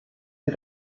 sie